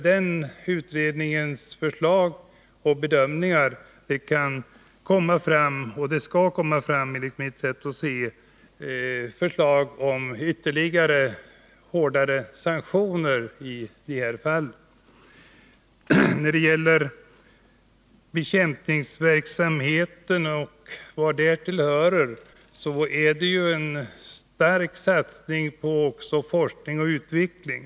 Den utredningens förslag och bedömningar torde enligt mitt sätt att se komma att leda till förslag om hårdare sanktioner. I fråga om bekämpningsverksamheten förekommer det en stark satsning också på forskning och utveckling.